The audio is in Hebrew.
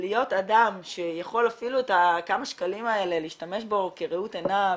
להיות אדם שיכול אפילו את הכמה שקלים האלה להשתמש בהם כראות עיניו